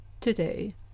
today